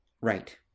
Right